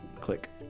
Click